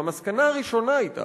והמסקנה הראשונה היתה